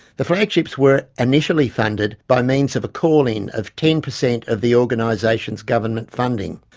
the flagships were initially funded by means of a call-in of ten percent of the organisation's government funding.